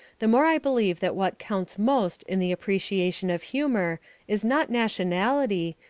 the more i believe that what counts most in the appreciation of humour is not nationality,